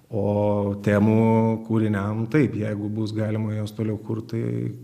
o temų kūriniam taip jeigu bus galima juos toliau kurt tai